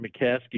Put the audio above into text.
McCaskey